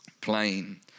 Plain